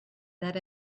that